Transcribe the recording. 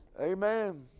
Amen